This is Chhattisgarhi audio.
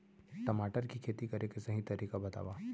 टमाटर की खेती करे के सही तरीका बतावा?